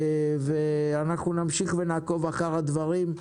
נמשיך ונעקוב אחר הדברים.